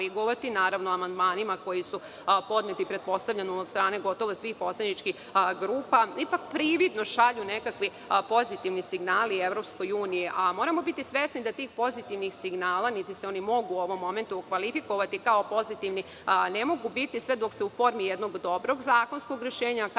korigovati amandmanima koji su podneti od strane gotovo svih poslaničkih grupa, ipak prividno šalju nekakvi pozitivni signali EU. Moramo biti svesni da tih pozitivnih signala, niti se oni mogu u ovom momentu kvalifikovati kao pozitivni, ne može biti sve dok se u formi jednog dobrog zakonskog rešenja,